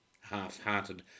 Half-hearted